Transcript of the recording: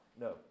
No